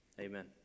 amen